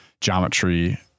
geometry